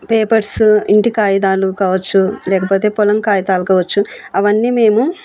papers ఇంటి కాగితాలు కావచ్చు లేకపోతే పొలం కాగితాలు కావచ్చు అవన్నీ మేము